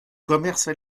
commerce